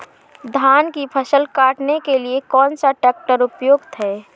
धान की फसल काटने के लिए कौन सा ट्रैक्टर उपयुक्त है?